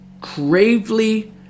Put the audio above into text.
gravely